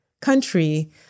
country